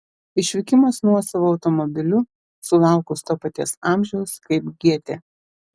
išvykimas nuosavu automobiliu sulaukus to paties amžiaus kaip gėtė